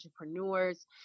entrepreneurs